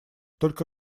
только